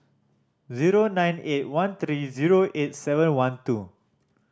zero nine eight one three zero eight seven one two